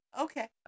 Okay